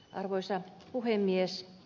arvoisa puhemies